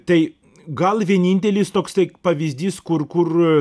tai gal vienintelis toks tai pavyzdys kur kur